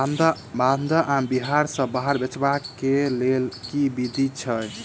माल्दह आम बिहार सऽ बाहर बेचबाक केँ लेल केँ विधि छैय?